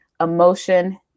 emotion